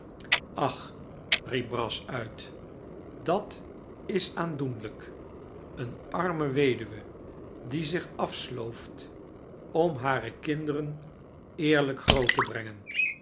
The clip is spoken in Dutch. ach riep brass uit dat is aandoenlijk eene arme weduwe die zich afslooft om hare kinderen eerlijk groot te brengen